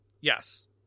Yes